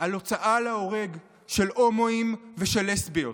על הוצאה להורג של הומואים ושל לסביות.